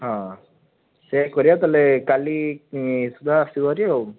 ହଁ ସେୟା କରିବା ତାହାଲେ କାଲି ଶୀଘ୍ର ଆସିବୁ ହେରି ଆଉ